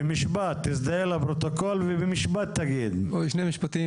כן, בבקשה.